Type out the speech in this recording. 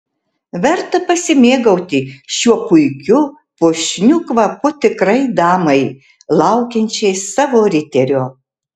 verta pasimėgauti šiuo puikiu puošniu kvapu tikrai damai laukiančiai savo riterio